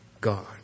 God